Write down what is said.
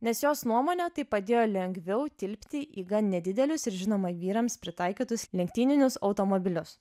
nes jos nuomone tai padėjo lengviau tilpti į gan nedidelius ir žinoma vyrams pritaikytus lenktyninius automobilius